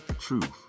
truth